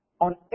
on